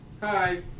Hi